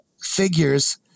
figures